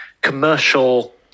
commercial